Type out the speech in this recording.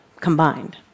combined